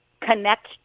connect